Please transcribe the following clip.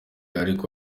ariko